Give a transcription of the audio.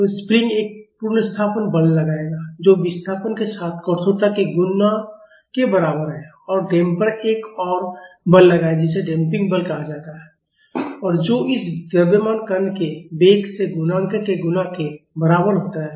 तो स्प्रिंग एक पुनर्स्थापना बल लगाएगा जो विस्थापन के साथ कठोरता के गुणा के बराबर है और डैम्पर एक और बल लगाएगा जिसे डैम्पिंग बल कहा जाता है और जो इस द्रव्यमान कण के वेग से गुणांक के गुणा के बराबर होता है